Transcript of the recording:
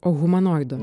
o humanoido